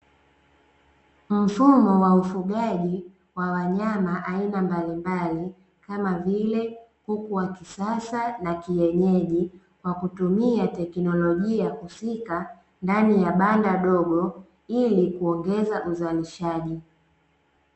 Mfumo wa ufugaji wa wanyama aina mbalimbali kama vile kuku wa kisasa na kienyeji, kwa kutumia teknolojia husika ndani ya banda dogo ili kuongeza uzalishaji.